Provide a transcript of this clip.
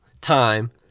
time